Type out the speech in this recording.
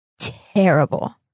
terrible